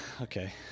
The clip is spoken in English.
okay